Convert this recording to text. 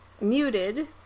muted